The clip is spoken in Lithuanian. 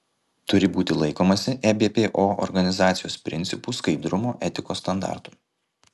turi būti laikomasi ebpo organizacijos principų skaidrumo etikos standartų